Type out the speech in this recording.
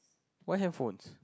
why handphones